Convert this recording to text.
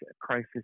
crisis